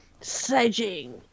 sedging